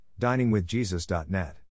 DiningWithJesus.net